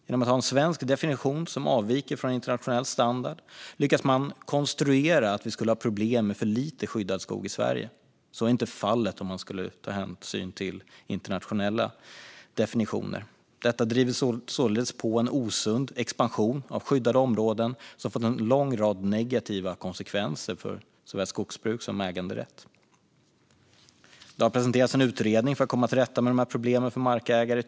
Genom att använda en svensk definition som avviker från internationell standard lyckas man konstruera att vi skulle ha problem med för lite skyddad skog i Sverige. Så är inte fallet om man skulle ta hänsyn till internationella definitioner. Detta driver således på en osund expansion av skyddade områden, som fått en lång rad negativa konsekvenser för såväl skogsbruk som äganderätt. Det har presenterats en utredning för att komma till rätta med de här problemen för markägare.